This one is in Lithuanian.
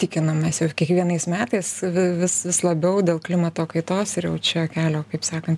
tikinamės jog kiekvienais metais vis vis labiau dėl klimato kaitos ir jau čia kelio kaip sakant